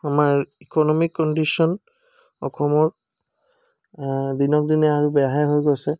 আমাৰ economic condition অসমৰ দিনক দিনে আৰু বেয়াহে হৈ গৈছে